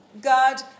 God